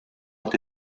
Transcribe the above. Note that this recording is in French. ont